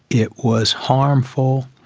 it was harmful,